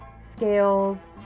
scales